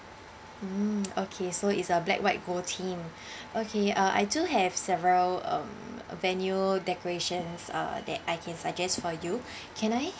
mm okay so is a black white gold theme okay uh I do have several um venue decorations uh that I can suggest for you can I